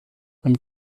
man